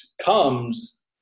comes